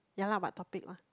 ya lah but topic one